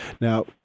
Now